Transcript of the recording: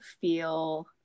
feel